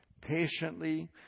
patiently